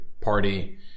party